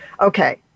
okay